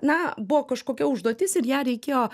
na buvo kažkokia užduotis ir ją reikėjo